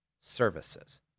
Services